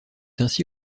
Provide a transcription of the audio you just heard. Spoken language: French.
ainsi